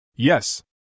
Yes